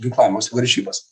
ginklavimosi varžybas